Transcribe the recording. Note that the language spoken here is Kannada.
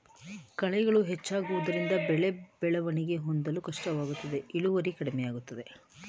ಕಳೆಗಳು ಹೆಚ್ಚಾಗುವುದರಿಂದ ಬೆಳೆ ಬೆಳವಣಿಗೆ ಹೊಂದಲು ಕಷ್ಟವಾಗುತ್ತದೆ ಇಳುವರಿ ಕಡಿಮೆಯಾಗುತ್ತದೆ